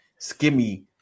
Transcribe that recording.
skimmy